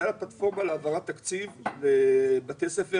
היה לה פלטפורמה להעברת תקציב לבתי ספר